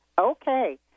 Okay